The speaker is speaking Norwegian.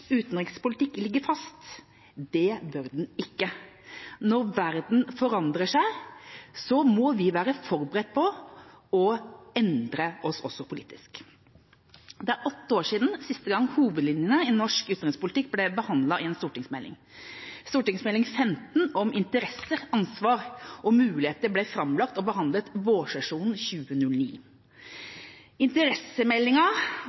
utenrikspolitikk ligger fast. Det bør den ikke. Når verden forandrer seg, må vi være forberedt på å endre oss, også politisk. Det er åtte år siden sist gang hovedlinjene i norsk utenrikspolitikk ble behandlet i en stortingsmelding. St.meld. nr. 15 for 2008–2009, Interesser, ansvar og muligheter, ble framlagt i vårsesjonen 2009. Interessemeldinga, og